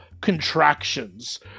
contractions